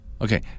Okay